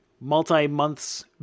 multi-months